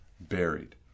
buried